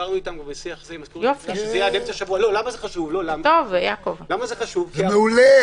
למה זה חשוב- -- מעולה.